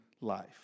life